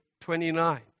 29